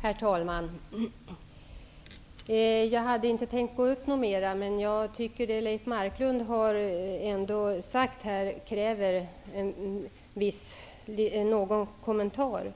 Herr talman! Jag hade inte tänkt att gå upp mer i debatten, men det Leif Marklund har sagt kräver en kommentar.